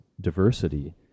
diversity